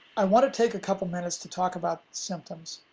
i want to take a couple minutes to talk about symptoms.